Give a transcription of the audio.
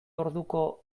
orduko